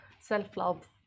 self-love